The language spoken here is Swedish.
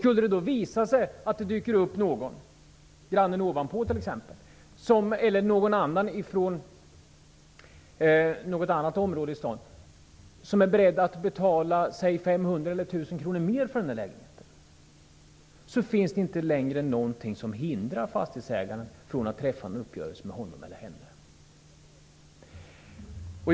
Skulle det då visa sig att t.ex. grannen ovanför Anna eller någon annan från ett annat område i stan dyker upp och som är beredd att betala säg 500 kronor eller 1 000 kronor mer för lägenheten, finns det inte längre något som hindrar fastighetsägaren att träffa en uppgörelse med den här personen.